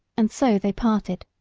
and so they parted.